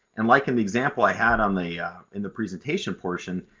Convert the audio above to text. and like in the example i had on the in the presentation portion,